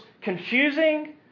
confusing